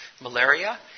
malaria